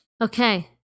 Okay